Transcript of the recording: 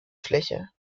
fläche